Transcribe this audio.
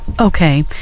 Okay